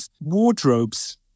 wardrobes